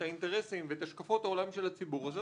האינטרסים ואת השקפות העולם של הציבור הזה,